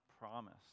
promise